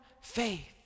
faith